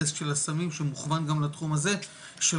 הדסק של הסמים שמוכוון גם לתחום הזה של